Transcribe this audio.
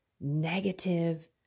negative